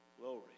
Glory